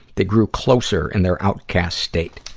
they grew closer in their outcast state.